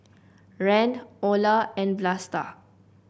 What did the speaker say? Rand Olar and Vlasta